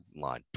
line